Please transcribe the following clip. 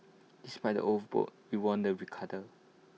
despite the old boat we won the regatta